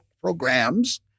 programs